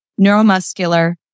neuromuscular